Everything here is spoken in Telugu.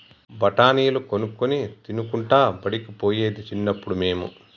బఠాణీలు కొనుక్కొని తినుకుంటా బడికి పోయేది చిన్నప్పుడు మేము